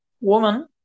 woman